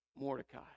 Mordecai